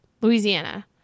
Louisiana